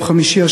ביום חמישי,